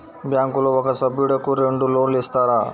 బ్యాంకులో ఒక సభ్యుడకు రెండు లోన్లు ఇస్తారా?